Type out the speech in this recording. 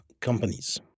companies